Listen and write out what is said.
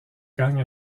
gagnent